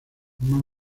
más